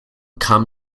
kam